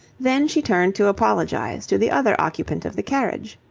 then she turned to apologize to the other occupant of the carriage.